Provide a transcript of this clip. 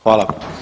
Hvala.